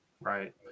Right